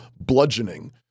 bludgeoning